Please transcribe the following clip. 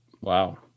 wow